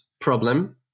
problem